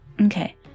Okay